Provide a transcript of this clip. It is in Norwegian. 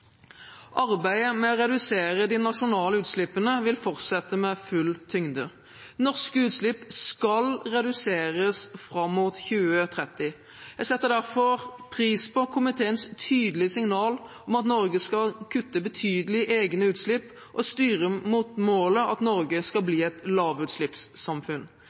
Arbeidet med å redusere de nasjonale utslippene vil fortsette med full tyngde. Norske utslipp skal reduseres fram mot 2030. Jeg setter derfor pris på komiteens tydelige signal om at Norge skal kutte betydelig i egne utslipp og styre mot målet om at Norge skal bli et lavutslippssamfunn.